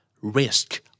risk